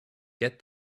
get